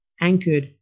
anchored